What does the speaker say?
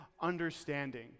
understanding